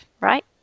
right